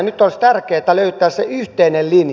nyt olisi tärkeätä löytää se yhteinen linja